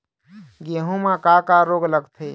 गेहूं म का का रोग लगथे?